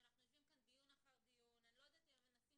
אנחנו יושבים כאן דיון אחר דיון ואני לא יודעת אם הם מנסים